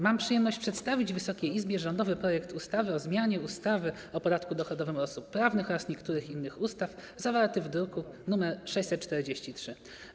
Mam przyjemność przedstawić Wysokiej Izbie rządowy projekt ustawy o zmianie ustawy o podatku dochodowym od osób prawnych oraz niektórych innych ustaw, zawarty w druku nr 643.